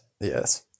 yes